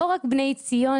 לא מדובר רק בבני ציון,